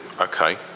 Okay